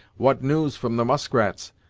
what news from the muskrats?